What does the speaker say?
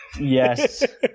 Yes